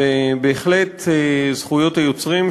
ובהחלט זכויות היוצרים,